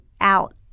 out